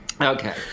okay